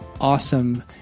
awesome